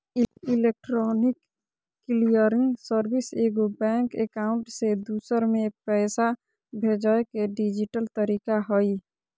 electronic clearing service एगो bank account से दूसर में पैसा भेजय के डिजिटल तरीका हइ